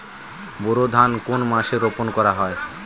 বোরো ধান কোন মাসে রোপণ করা হয়?